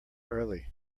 early